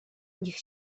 niech